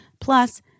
Plus